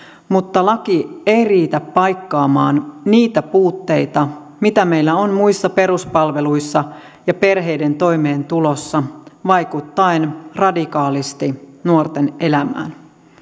mutta laki ei riitä paikkaamaan niitä puutteita mitä meillä on muissa peruspalveluissa ja perheiden toimeentulossa vaikuttaen radikaalisti nuorten elämään